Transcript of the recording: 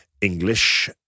English